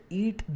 eat